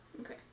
Okay